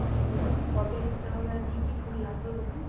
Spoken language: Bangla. বলুন কবে দিতে হবে আর কি কি ফুল লাগবে বলুন